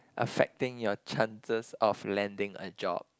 affecting your chances of landing a job